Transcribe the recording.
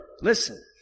listen